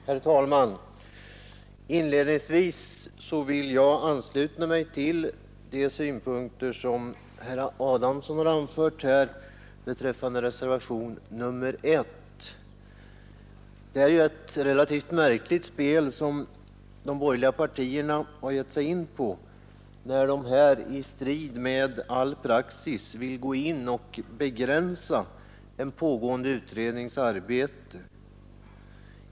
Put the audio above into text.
Herr talman! Inledningsvis vill jag ansluta mig till de synpunkter som herr Adamsson har anfört beträffande reservationen 1. Det är ett relativt märkligt spel som de borgerliga partierna har givit sig in på, när de i strid mot all praxis vill gå in och begränsa en pågående utrednings arbete.